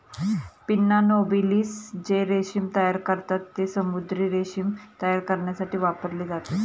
pinna नोबिलिस जे रेशीम तयार करतात, ते समुद्री रेशीम तयार करण्यासाठी वापरले जाते